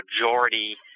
majority